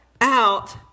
out